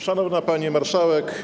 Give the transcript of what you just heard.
Szanowna Pani Marszałek!